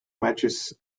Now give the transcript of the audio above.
matches